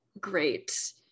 great